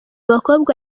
bakobwa